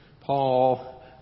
Paul